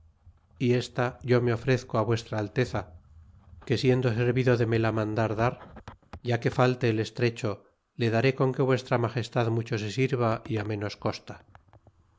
y esta yo me ofrezco vuestra alteza que sien do servido de me la mandar dar ya que falte el estrecho le da rd con que vuestra magestad mucho se sirva y mános costa